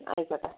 ആയിക്കോട്ടെ